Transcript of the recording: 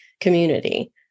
community